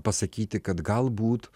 pasakyti kad galbūt